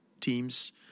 teams